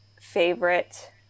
favorite